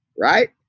Right